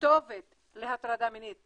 כתובת להטרדה מינית.